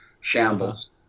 shambles